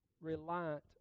reliant